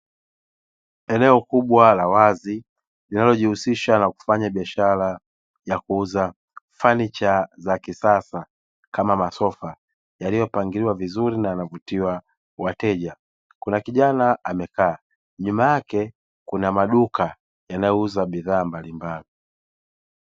Eneo kubwa la wazi linalojihusisha na kufanya biashara ya kuuza fanicha za kisasa kama masofa yaliyopangiliwa vizuri na yanavutia wateja, kuna kijana amekaa. Nyuma yake kuna maduka yanayouza bidhaa mbalimbali.